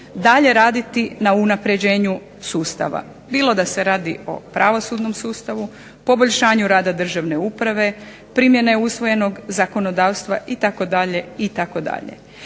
dalje raditi na unapređenju sustava bilo da se radi o pravosudnom sustavu, poboljšanju rada državne uprave, primjene usvojenog zakonodavstva itd. itd.